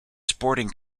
sporting